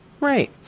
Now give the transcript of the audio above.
Right